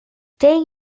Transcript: day